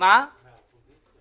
ההערות ששמעתי